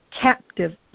captive